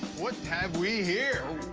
what have we here?